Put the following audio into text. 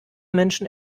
menschen